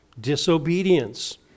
disobedience